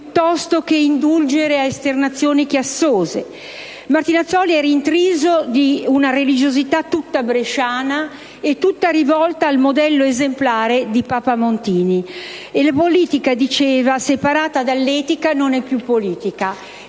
piuttosto che indulgere a esternazioni chiassose, Martinazzoli era intriso di una religiosità tutta bresciana e tutta rivolta al modello esemplare di Papa Montini. «La politica» - diceva - «separata dall'etica non è più politica».